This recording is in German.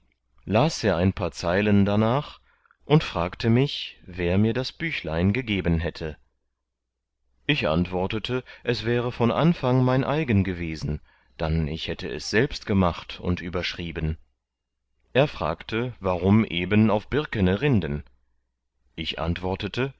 las er ein paar zeilen darnach und fragte mich wer mir das büchlein geben hätte ich antwortete es wäre von anfang mein eigen gewesen dann ich hätte es selbst gemacht und überschrieben er fragte warum eben auf birkene rinden ich antwortete